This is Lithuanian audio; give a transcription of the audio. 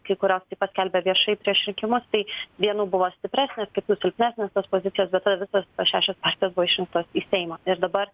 kai kurios tai paskelbė viešai prieš rinkimus tai vienų buvo stipresnės kitų silpnesnės tos pozicijos bet ta visos tos šešios partijos buvo išrinktos į seimą ir dabar